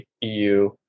EU